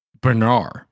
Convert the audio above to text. Bernard